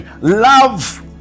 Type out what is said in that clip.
love